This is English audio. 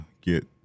get